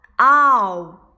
Ow